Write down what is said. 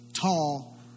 tall